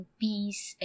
peace